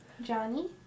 Johnny